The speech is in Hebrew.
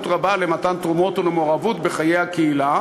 רבה למתן תרומות ולמעורבות בחיי הקהילה.